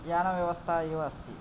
यानव्यवस्था एव अस्ति